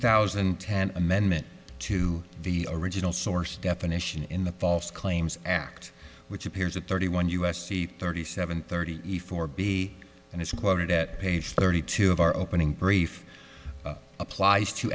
thousand and ten amendment to the original source definition in the false claims act which appears at thirty one u s c thirty seven thirty four b and as quoted at page thirty two of our opening brief applies to